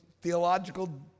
theological